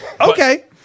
Okay